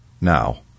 now